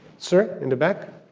sir in the back?